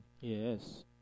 Yes